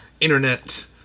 internet